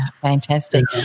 fantastic